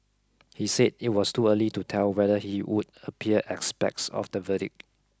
he said it was too early to tell whether he would appear aspects of the verdict